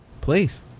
Please